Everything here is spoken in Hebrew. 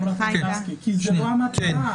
זאת לא המטרה.